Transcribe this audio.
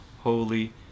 Holy